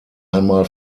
einmal